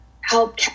help